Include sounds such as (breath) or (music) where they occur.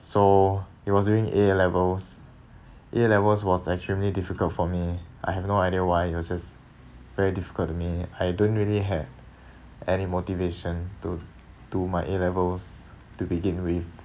so it was during A levels A levels was extremely difficult for me I have no idea why it was just very difficult to me I don't really have (breath) any motivation to to my A levels to begin with (breath)